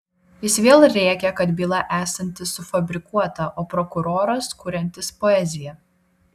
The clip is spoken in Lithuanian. jis vėl rėkė kad byla esanti sufabrikuota o prokuroras kuriantis poeziją